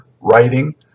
writing